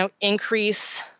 increase